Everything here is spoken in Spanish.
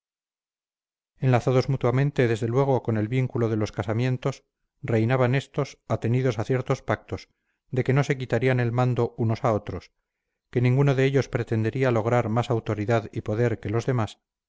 la vez enlazados mutuamente desde luego con el vínculo de los casamientos reinaban éstos atenidos a ciertos pactos de que no se quitarían el mando unos a otros que ninguno de ellos pretendería lograr más autoridad y poder que los demás